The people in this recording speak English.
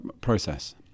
process